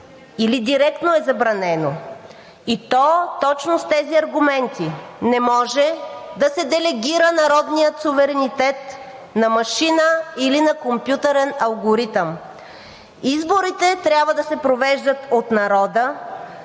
или директно е забранено, и то точно с тези аргументи – не може да се делегира народният суверенитет на машина или на компютърен алгоритъм. Изборите трябва да се провеждат от народа,